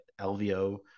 LVO